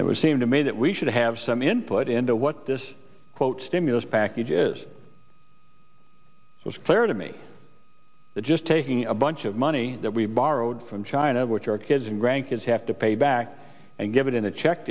and it was seemed to me that we should have some input into what this quote stimulus package is it was clear to me that just taking a bunch of money that we borrowed from china which our kids and grandkids have to pay back and give it in a check